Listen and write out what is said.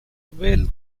well